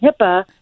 HIPAA